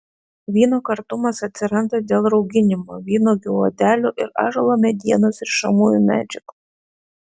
vyno kartumas atsiranda dėl rauginimo vynuogių odelių ir ąžuolo medienos rišamųjų medžiagų